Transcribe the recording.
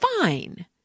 fine